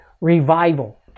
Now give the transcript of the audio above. revival